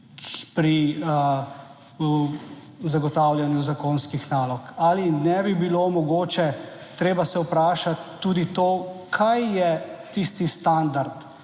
pri zagotavljanju zakonskih nalog ali ne bi bilo mogoče, treba se je vprašati tudi to, kaj je tisti standard,